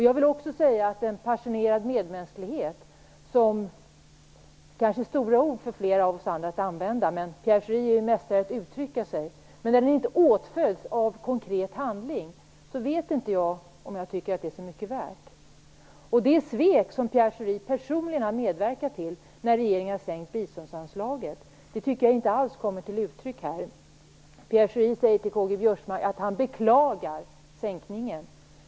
Jag vill också säga att en passionerad medmänsklighet - det här är stora ord att använda för flera av oss, men Pierre Schori är ju en mästare i att uttrycka sig - som inte åtföljs av konkret handling kanske inte är så mycket värd. Det svek som Pierre Schori personligen har medverkat till när regeringen har sänkt biståndsanslaget tycker jag inte alls kommer till uttryck här. Pierre Schori säger till Karl-Göran Biörsmark att han beklagar sänkningen.